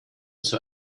zur